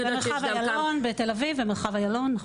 בתל אביב ומרחב איילון.